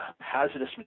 hazardous